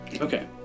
okay